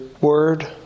word